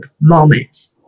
moment